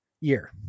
year